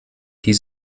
die